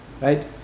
right